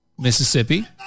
Mississippi